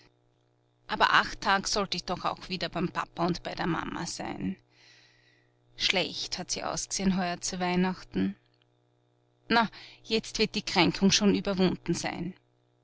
aber acht tag sollt ich doch auch wieder beim papa und bei der mama sein schlecht hat sie ausg'seh'n heuer zu weihnachten na jetzt wird die kränkung schon überwunden sein